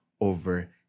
over